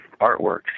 artworks